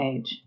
Age